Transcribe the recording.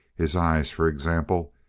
his eyes, for example,